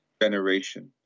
generation